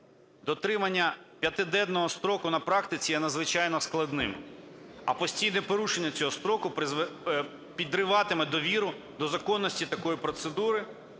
Дотримання 5-денного строку на практиці є надзвичайно складним. А постійне порушення цього строку підриватиме довіру до законності такої процедури